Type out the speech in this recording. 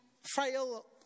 fail